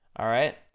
alright,